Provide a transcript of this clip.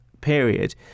period